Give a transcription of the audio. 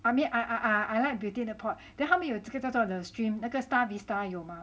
I mean I I like Beauty In A Pot then 他们有这个叫做 Le Shrimp 那个 star vista 有吗